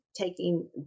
taking